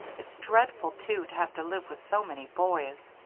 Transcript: it's dreadful, too, to have to live with so many boys.